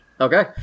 Okay